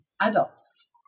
adults